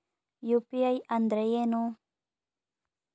UPI ಅಂದ್ರೆ ಏನು?